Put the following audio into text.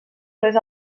les